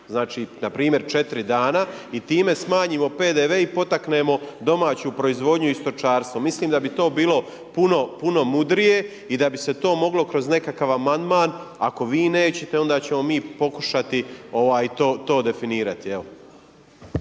znači npr. od 4 dana i time smanjimo PDV i potaknemo domaću proizvodnju i stočarstvo. Mislim da bi to bilo puno mudrije i da bi se to moglo kroz nekakav amandman ako vi nećete onda ćemo mi pokušati to definirati,